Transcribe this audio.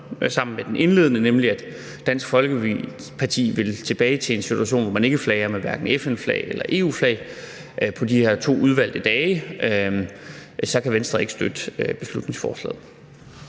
sammen med den indledende, nemlig at Dansk Folkeparti vil tilbage til en situation, hvor man hverken flager med FN-flag eller EU-flag på de her to udvalgte dage, kan Venstre ikke støtte beslutningsforslaget.